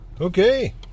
Okay